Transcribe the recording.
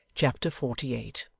chapter forty eight